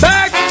Back